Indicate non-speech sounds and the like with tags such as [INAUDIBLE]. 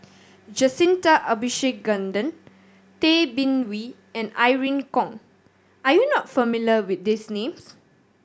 [NOISE] Jacintha Abisheganaden Tay Bin Wee and Irene Khong are you not familiar with these names